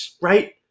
Right